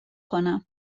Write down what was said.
کنم